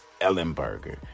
Ellenberger